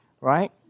right